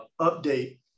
update